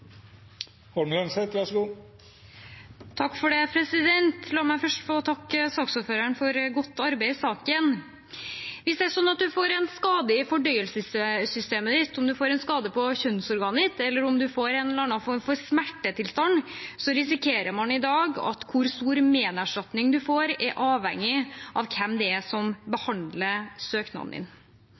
La meg først få takke saksordføreren for godt arbeid i saken. Hvis det er slik at man får en skade i fordøyelsessystemet, om man får en skade på kjønnsorganet, eller om man får en eller annen form for smertetilstand, risikerer man i dag at hvor stor menerstatning man får, er avhengig av hvem det er som behandler søknaden.